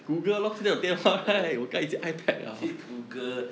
去 google